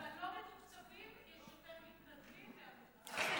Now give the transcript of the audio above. דווקא בלא-מתוקצבים יש יותר מתנדבים מבמתוקצבים.